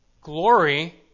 glory